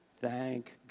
Thank